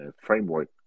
framework